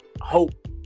hope